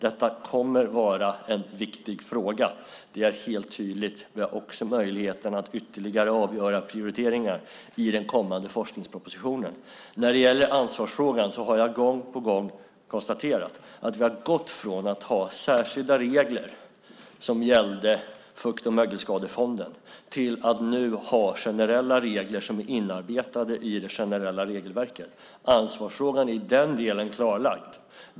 Det är helt tydligt att detta kommer att vara en viktig fråga. Vi har också möjligheten att avgöra ytterligare prioriteringar i den kommande forskningspropositionen. När det gäller ansvarsfrågan har jag gång på gång konstaterat att vi har gått från att ha särskilda regler för Fukt och mögelskadefonden till att nu ha generella regler som är inarbetade i de generella regelverken. Ansvarsfrågan i den delen är klarlagd.